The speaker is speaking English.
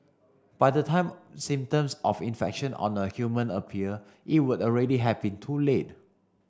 by the time symptoms of infection on a human appear it would already have been too late